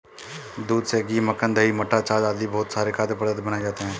दूध से घी, मक्खन, दही, मट्ठा, छाछ आदि बहुत सारे खाद्य पदार्थ बनाए जाते हैं